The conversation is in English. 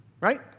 right